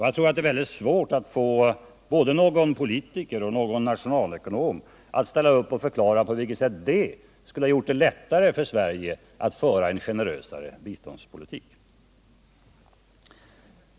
Jag tror att det är svårt att få någon politiker eller någon nationalekonom att ställa upp och förklara på vilket sätt detta skulle ha gjort det lättare för Sverige att föra en generösare biståndspolitik.